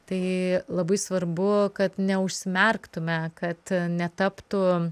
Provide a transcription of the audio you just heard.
tai labai svarbu kad neužsimerktume kad netaptų